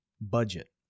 budget